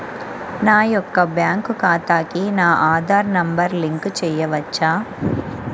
నా యొక్క బ్యాంక్ ఖాతాకి నా ఆధార్ నంబర్ లింక్ చేయవచ్చా?